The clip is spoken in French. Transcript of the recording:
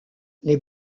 les